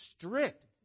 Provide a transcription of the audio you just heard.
strict